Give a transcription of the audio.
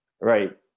right